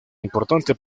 importante